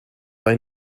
bei